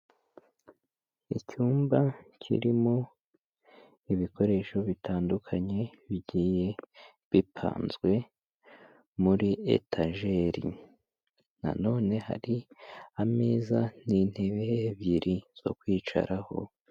Icyumba kirimo ibikoresho bitandukanye bigiye bipanzwe muri etajeri, nanone hari ameza n'intebe ebyiri zo kwicaraho.